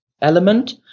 element